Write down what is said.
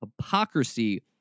Hypocrisy